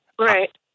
Right